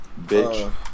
bitch